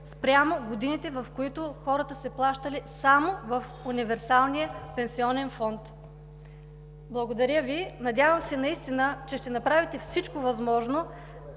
спрямо годините, в които хората са плащали само в универсалния пенсионен фонд? Надявам се наистина, че ще направите всичко възможно